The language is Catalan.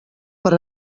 per